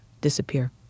disappear